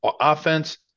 offense